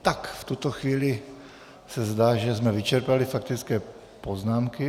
V tuto chvíli se zdá, že jsme vyčerpali faktické poznámky.